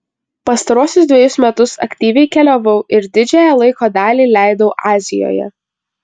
pastaruosius dvejus metus aktyviai keliavau ir didžiąją laiko dalį leidau azijoje